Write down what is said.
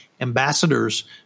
ambassadors